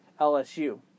LSU